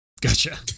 Gotcha